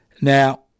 Now